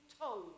told